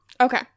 Okay